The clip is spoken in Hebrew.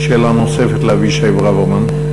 שאלה נוספת לאבישי ברוורמן.